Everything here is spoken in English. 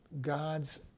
God's